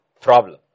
problem